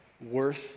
worth